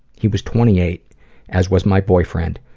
he was twenty-eight, as was my boyfriend,